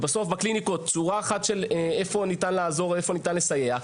ובסוף בקליניקות לומד צורה אחת של איפה ניתן לעזור ואיפה ניתן לסייע.